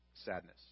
sadness